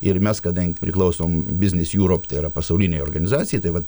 ir mes kadangi priklausom biznis jūrop tai yra pasaulinei organizacijai tai vat